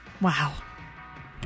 Wow